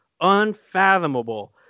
unfathomable